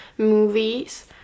movies